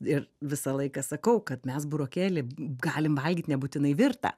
ir visą laiką sakau kad mes burokėlį galim valgyt nebūtinai virtą